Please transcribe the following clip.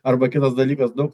arba kitas dalykas daug